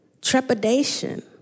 trepidation